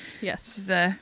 Yes